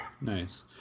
Nice